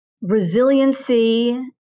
resiliency